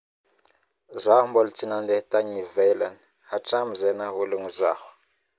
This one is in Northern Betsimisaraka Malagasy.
Zaho mbola tsi nadeha tagny ivelany hatramin'ny zai nahôlogno zaho